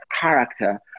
character